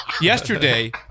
yesterday